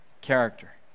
character